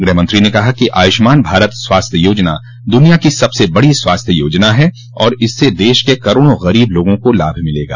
गृहमंत्री ने कहा कि आयुष्मान भारत स्वास्थ्य योजना दुनिया की सबस बड़ी स्वास्थ्य योजना है और इससे देश के करोड़ों गरीब लोगों को लाभ मिलेगा